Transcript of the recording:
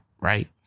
right